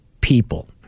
people